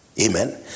Amen